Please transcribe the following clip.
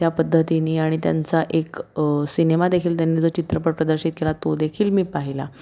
त्या पद्धतीने आणि त्यांचा एक सिनेमादेखील त्यांनी जो चित्रपट प्रदर्शित केला तो देखील मी पाहिला